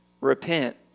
Repent